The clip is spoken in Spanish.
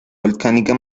volcánica